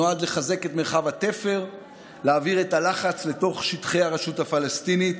שנועד לחזק את מרחב התפר ולהעביר את הלחץ לתוך שטחי הרשות הפלסטינית.